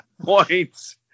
points